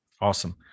Awesome